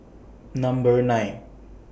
Number nine